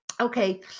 Okay